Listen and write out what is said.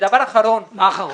מה אחרון?